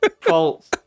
False